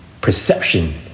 perception